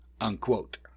Unquote